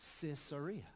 Caesarea